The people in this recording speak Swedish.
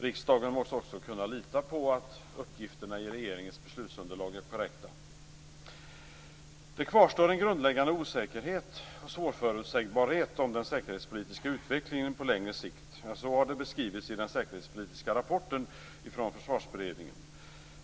Riksdagen måste också kunna lita på att uppgifterna i regeringens beslutsunderlag är korrekta. Det kvarstår en grundläggande osäkerhet och svårförutsägbarhet om den säkerhetspolitiska utvecklingen på längre sikt. Så har det beskrivits i den säkerhetspolitiska rapporten från Försvarsberedningen.